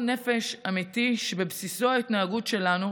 נפש אמיתי שבבסיסו ההתנהגות שלנו,